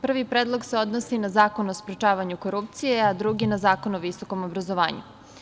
Prvi Predlog se odnosi na Zakon o sprečavanju korupcije, a drugi na Zakon o visokom obrazovanju.